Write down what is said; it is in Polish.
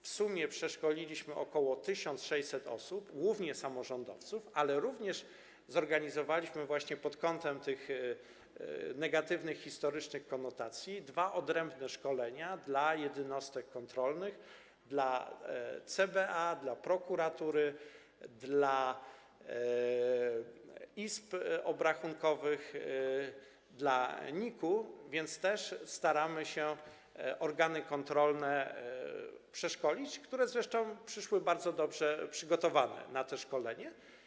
W sumie przeszkoliliśmy ok. 1600 osób, głównie samorządowców, ale również zorganizowaliśmy właśnie pod kątem tych negatywnych historycznych konotacji dwa odrębne szkolenia dla jednostek kontrolnych, dla CBA, dla prokuratury, dla izb obrachunkowych, dla NIK-u, więc też staramy się przeszkolić organy kontrolne, które zresztą przyszły bardzo dobrze przygotowane na to szkolenie.